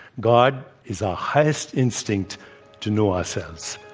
god is our highest instinct to know ourselves.